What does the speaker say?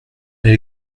elle